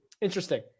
Interesting